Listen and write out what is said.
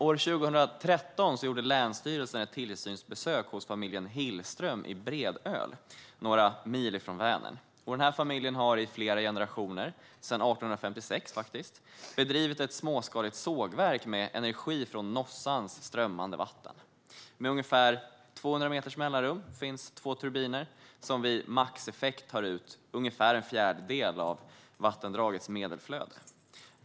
År 2013 gjorde länsstyrelsen ett tillsynsbesök hos familjen Hillström i Bredöl, några mil från Vänern. Familjen har i flera generationer, sedan 1856, drivit ett småskaligt sågverk med energi från Nossans strömmande vatten. Men ungefär 200 meters mellanrum finns två turbiner, som vid maxeffekt tar ut ungefär en fjärdedel av vattendragets medelflöde.